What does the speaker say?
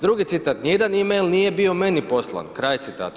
Drugi citat „Ni jedan email nije bio meni poslan.“ kraj citata.